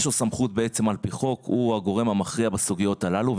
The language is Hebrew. יש לו סמכות על פי חוק; הוא הגורם המכריע בסוגיות הללו.